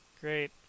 Great